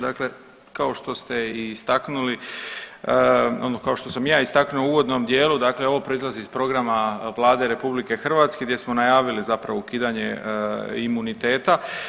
Dakle, kao što ste i istaknuli, ono kao što sam i ja istaknuo u uvodnom dijelu dakle ovo proizlazi iz programa Vlade RH gdje smo najavili zapravo ukidanje imuniteta.